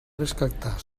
rescatar